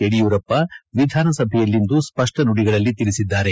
ಯಡಿಯೂರಪ್ಪ ವಿಧಾನಸಭೆಯಲ್ಲಿಂದು ಸ್ಪಷ್ಟ ನುಡಿಗಳಲ್ಲಿ ತಿಳಿಸಿದ್ದಾರೆ